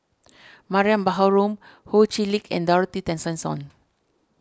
Mariam Baharom Ho Chee Lick and Dorothy Tessensohn